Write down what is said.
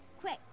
Quick